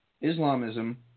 Islamism